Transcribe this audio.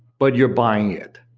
but you're buying it.